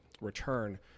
return